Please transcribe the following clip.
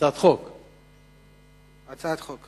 לזכאות לגמלת סיעוד),